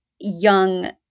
young